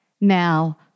Now